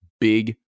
big